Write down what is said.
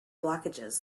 blockages